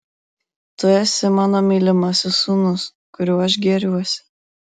tu esi mano mylimasis sūnus kuriuo aš gėriuosi